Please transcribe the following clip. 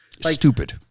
Stupid